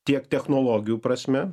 tiek technologijų prasme